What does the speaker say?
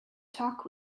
talk